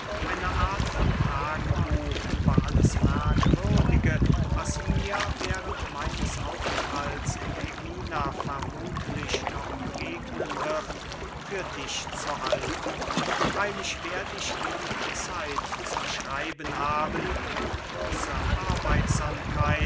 eine art von tagebuch über alles merkwürdige was während meines aufenthalts in ägina vermuthlich noch begegnen wird für dich zu halten freylich werd ich wenig zeit zum schreiben haben und große arbeitsamkeit